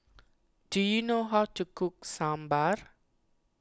do you know how to cook Sambar